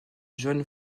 john